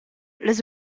las